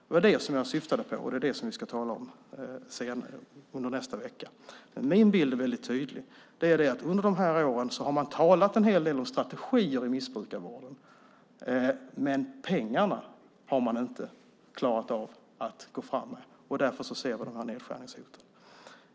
Det var det jag syftade på, och det är det vi ska tala om under nästa vecka. Min bild är dock väldigt tydlig: Under dessa år har man talat en hel del om strategier i missbrukarvården, men pengarna har man inte klarat av att gå fram med. Därför ser vi dessa nedskärningshot.